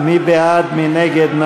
בעד, 57, נגד,